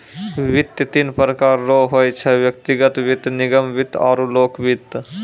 वित्त तीन प्रकार रो होय छै व्यक्तिगत वित्त निगम वित्त आरु लोक वित्त